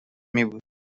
میبود